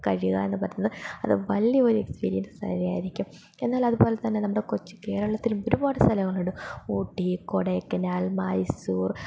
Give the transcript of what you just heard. കഴിയുക എന്നു പറയുന്നത് അതു വലിയൊരു എക്സ്പീരിയൻസ് തന്നെയായിരിക്കും എന്നാൽ അതുപോലെ തന്നെ നമ്മുടെ കൊച്ചു കേരളത്തില് ഒരുപാടു സ്ഥലങ്ങളുണ്ട് ഊട്ടി കൊടൈക്കനാൽ മൈസൂർ